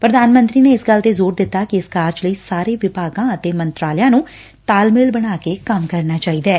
ਪ੍ਰਧਾਨ ਮੰਤਰੀ ਨੇ ਇਸ ਗੱਲ ਤੇ ਜ਼ੋਰ ਦਿੱਤਾ ਕਿ ਇਸ ਕਾਰਜ ਲਈ ਸਾਰੇ ਵਿਭਾਗਾ ਅਤੇ ਮੰਤਰਾਲਿਆਂ ਨੂੰ ਤਾਲਮੇਲ ਬਣਾਕੇ ਕੰਮ ਕਰਨਾ ਚਾਹੀਦੈ